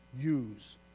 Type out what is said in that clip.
use